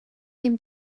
ddim